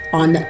on